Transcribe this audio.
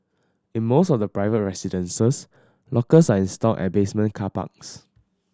in most of the private residences lockers are installed at basement car parks